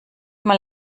mal